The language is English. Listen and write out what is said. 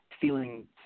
feeling